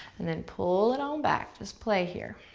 and then pull it on back, just play here.